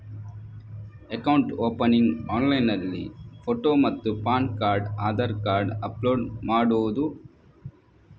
Account opening ಆನ್ಲೈನ್ನಲ್ಲಿ photo ಮತ್ತು PAN card Aadhaar card upload ಮಾಡುವುದು?